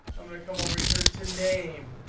i'm going to come over here to name.